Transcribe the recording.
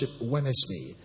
Wednesday